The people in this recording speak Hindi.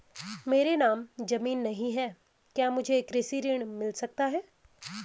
मेरे नाम ज़मीन नहीं है क्या मुझे कृषि ऋण मिल सकता है?